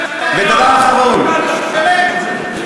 אז תשלם.